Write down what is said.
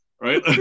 right